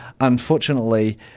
Unfortunately